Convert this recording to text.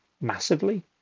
massively